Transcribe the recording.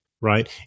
right